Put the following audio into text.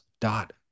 dot